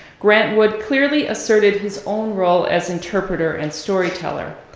grant wood clearly asserted his own role as interpreter and storyteller.